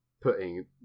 putting